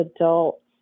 adults